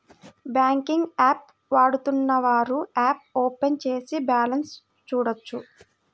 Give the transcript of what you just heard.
banking app వాడుతున్నవారు app open చేసి balance చూడొచ్చు